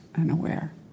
unaware